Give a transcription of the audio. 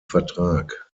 vertrag